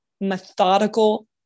methodical